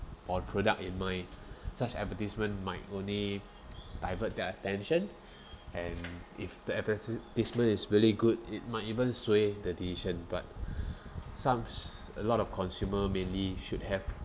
or product in mind such advertisement might only divert their attention and if the advertisement is really good it might even sway the decision but somes a lot of consumer mainly should have